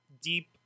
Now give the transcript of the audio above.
deep –